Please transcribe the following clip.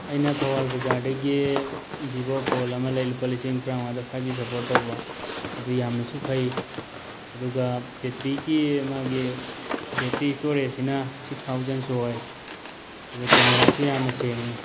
ꯑꯩꯅ ꯊꯧꯕꯥꯜ ꯕꯖꯥꯔꯗꯒꯤ ꯚꯤꯚꯣ ꯐꯣꯟ ꯑꯃ ꯂꯩ ꯂꯨꯄꯥ ꯂꯤꯁꯤꯡ ꯇꯔꯥꯃꯉꯥꯗ ꯐꯥꯏꯞ ꯖꯤ ꯁꯞꯄꯣꯔꯠ ꯇꯧꯕ ꯑꯗꯨ ꯌꯥꯝꯅꯁꯨ ꯐꯩ ꯑꯗꯨꯒ ꯕꯦꯠꯇꯔꯤꯒꯤ ꯃꯥꯒꯤ ꯕꯦꯠꯇꯔꯤ ꯁ꯭ꯇꯣꯔꯦꯖꯁꯤꯅ ꯁꯤꯛꯁ ꯊꯥꯎꯖꯟꯁꯨ ꯑꯣꯏ ꯑꯗꯨ ꯀꯦꯃꯦꯔꯥꯁꯨ ꯌꯥꯝꯅ ꯁꯦꯡꯉꯤ